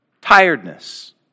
Tiredness